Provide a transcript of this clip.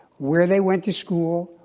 where they went to school,